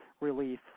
relief